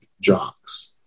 jocks